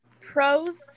Pros